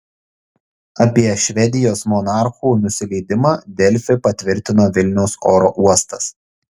apie švedijos monarchų nusileidimą delfi patvirtino vilniaus oro uostas